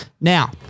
Now